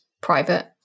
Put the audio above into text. private